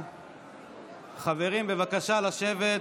חברים, בבקשה לשבת.